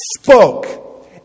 Spoke